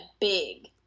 big